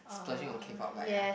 plurging on k-pop but ya